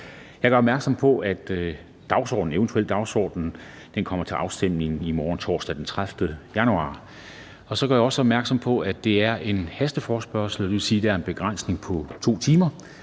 Jeg gør opmærksom på, at eventuelle forslag til vedtagelse kommer til afstemning i morgen, torsdag den 30. januar 2020. Så gør jeg også opmærksom på, at det er en hasteforespørgsel. Det vil sige, at der er en begrænsning på 2 timer.